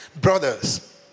brothers